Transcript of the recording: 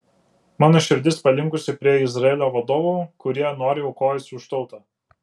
mano širdis palinkusi prie izraelio vadovų kurie noriai aukojasi už tautą